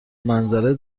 منظره